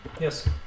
yes